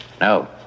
No